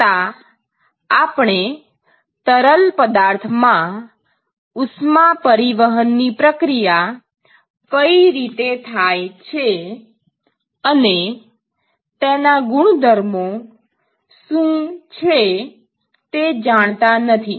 છતાં આપણે તરલ પદાર્થમાં ઉષ્મા પરિવહનની પ્રક્રિયા કઈ રીતે થાય છે અને તેના ગુણધર્મો શું છે તે જાણતા નથી